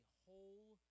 whole